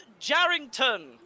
Jarrington